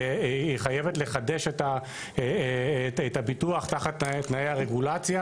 היא חייבת לחדש את הפיתוח תחת תנאי הרגולציה.